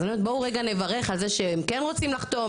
אז אני אומרת בואו רגע נברך על זה שהם כן רוצים לחתום,